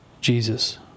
Jesus